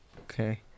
Okay